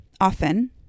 often